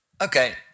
Okay